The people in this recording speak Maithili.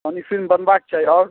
कनि फिलिम बनबाके चाही आओर